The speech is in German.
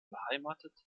beheimatet